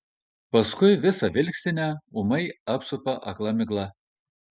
paskui visą vilkstinę ūmai apsupa akla migla